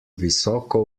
visoko